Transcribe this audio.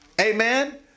Amen